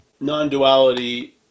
non-duality